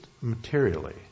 materially